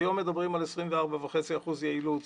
היום מדברים על 24.5 אחוזים יעילות.